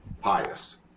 Highest